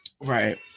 right